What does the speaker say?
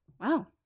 wow